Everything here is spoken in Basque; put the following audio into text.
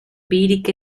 bihirik